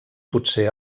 potser